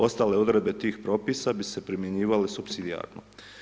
Ostale odredbe tih propisa bi se primjenjivale supsidijarno.